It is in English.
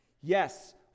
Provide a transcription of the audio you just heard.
Yes